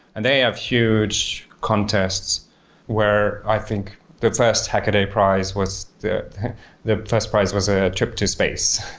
and they have huge contests where i think the first hackaday price was the the first price was ah trip to space,